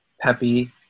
peppy